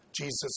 Jesus